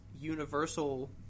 universal